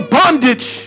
bondage